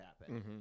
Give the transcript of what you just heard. happen